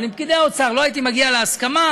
אבל עם פקידי האוצר לא הייתי מגיע להסכמה,